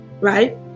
right